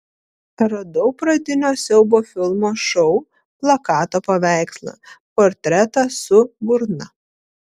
radau pradinio siaubo filmo šou plakato paveikslą portretą su burna